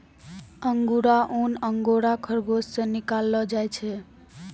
अंगुरा ऊन अंगोरा खरगोस से निकाललो जाय छै